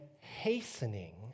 hastening